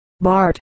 Bart